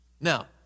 Now